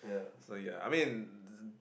so ya I mean